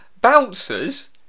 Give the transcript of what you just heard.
bouncers